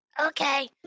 Okay